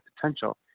potential